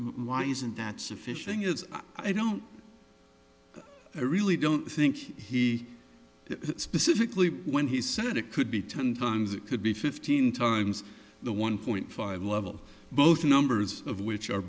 why isn't that sufficient is i don't i really don't think he specifically when he said it could be ten times it could be fifteen times the one point five level both numbers of which are